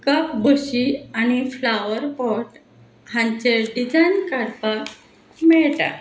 कपबशी आनी फ्लावरपॉट हांचेर डिझायन काडपाक मेळटा